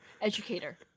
educator